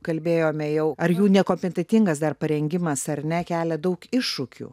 kalbėjome jau ar jų nekompetentingas dar parengimas ar ne kelia daug iššūkių